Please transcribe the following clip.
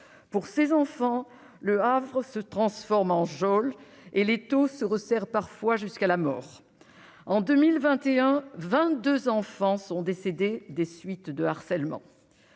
Pour ces enfants, le havre se transforme en geôle et l'étau se resserre parfois jusqu'à la mort. En 2021, vingt-deux enfants sont décédés des suites de harcèlement.